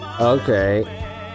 Okay